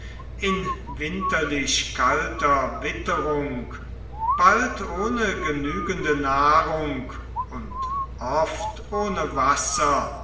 in winterlich kalter witterung bald ohne genügende nahrung und oft ohne wasser